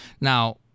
Now